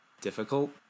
difficult